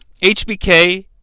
HBK